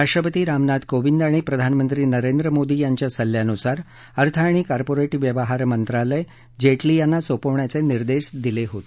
राष्ट्रपती रामनाथ कोविंद यांनी प्रधानमंत्री नरेंद्र मोदी यांच्या सल्ल्यानुसार अर्थ आणि कॉपरिट व्यवहार मंत्रालय जेटली यांना सोपवण्याचे निर्देश दिले होते